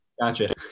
Gotcha